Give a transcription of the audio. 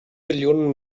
millionen